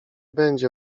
będzie